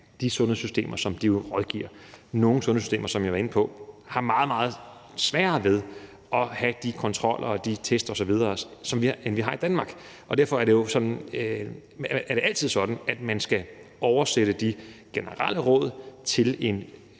de sundhedssystemer, som de rådgiver. Nogle sundhedssystemer, som jeg var inde på, har meget, meget sværere ved at have de kontroller og de test osv., end vi har i Danmark, og derfor er det jo altid sådan, at man skal oversætte de generelle råd til en